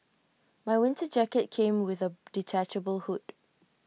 my winter jacket came with A detachable hood